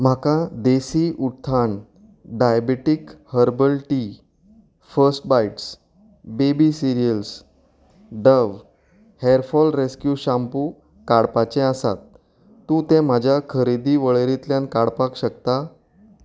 म्हाका Desi Utthan diabetic herbal tea first bites baby cereals Dove hair fall rescue shampoo काडपाचे आसात तूं ते म्हज्या खरेदी वळेरेंतल्यान काडपाक शकता